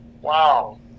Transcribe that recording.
Wow